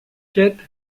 quête